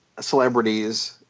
celebrities